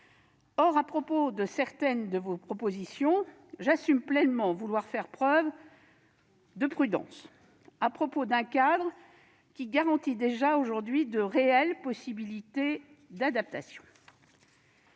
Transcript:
à tous. Sur certaines de vos propositions, j'assume pleinement de vouloir faire preuve de prudence s'agissant d'un cadre qui garantit déjà, aujourd'hui, de réelles possibilités d'adaptation.